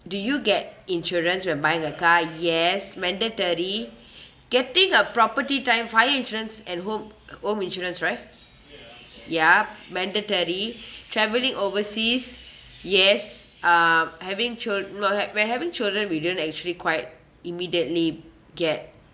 do you get insurance when buying a car yes mandatory getting a property time fire insurance and home home insurance right ya mandatory travelling overseas yes uh having chil~ no have when having children we didn't actually quite immediately get